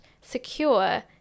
secure